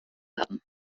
werden